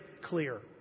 clear